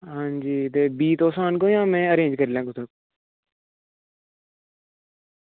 हां जी ते बीऽ तुस आह्नगेओ जां में अरेंज़ करी लैङ कुतूं